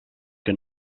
que